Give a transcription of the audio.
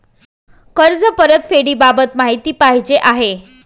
कर्ज परतफेडीबाबत माहिती पाहिजे आहे